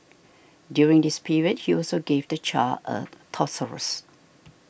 during this period he also gave the child a thesaurus